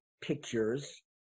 pictures